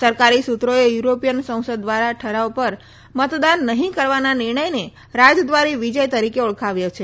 સરકારી સુત્રોએ યુરોપીયન સંસદ ધ્વારા ઠરાવ પર મતદાન નહી કરવાના નિર્ણયને રાજદ્વારી વિજય તરીકે ઓળખાવ્યો છે